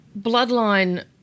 Bloodline